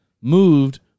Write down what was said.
moved